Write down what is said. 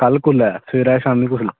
कल्ल कोलै सबैह्रे शामीं